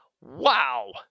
wow